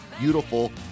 beautiful